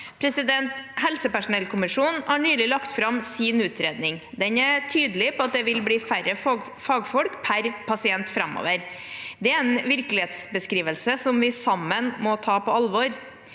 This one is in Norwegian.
forfekte. Helsepersonellkommisjonen har nylig lagt fram sin utredning. Den er tydelig på at det vil bli færre fagfolk per pasient framover. Det er en virkelighetsbeskrivelse som vi sammen må ta på alvor.